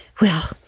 Well